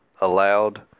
allowed